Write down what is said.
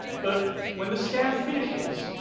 but when the scan finishes,